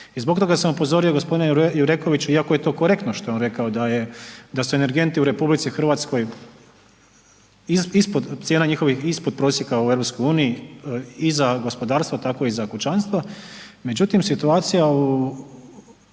I zbog toga sam upozorio gospodina Jurekovića, iako je to korektno što je on rekao da su energenti u RH ispod, cijena njihovih ispod prosjeka u EU i za gospodarstva tako i za kućanstva, međutim situacija u,